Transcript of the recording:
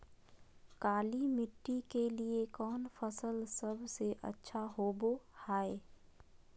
काली मिट्टी के लिए कौन फसल सब से अच्छा होबो हाय?